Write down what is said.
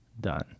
done